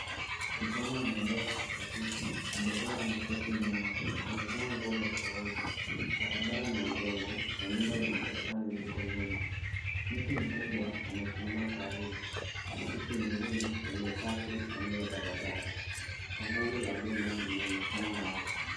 Kijana anaendesha pikipiki, abiria ameketi nyuma. Wamevaa nguo za kawaida. Barabara ni udongo na nyumba za matofali ziko nyuma. Mti mkubwa umesimama karibu. Pikipiki nyingine imepaki kando ya barabara. Tangazo la bima linaonekana wazi.